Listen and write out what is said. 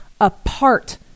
apart